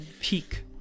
peak